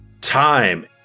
time